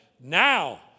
now